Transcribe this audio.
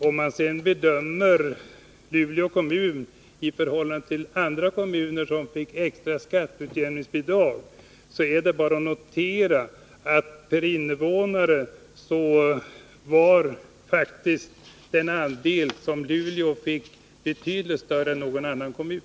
Om man ställer Luleå kommun i relation till andra kommuner som fick extra skatteutjämningsbidrag, är det bara att notera att den andel Luleå fick faktiskt var betydligt större per invånare räknat än andelen för någon annan kommun.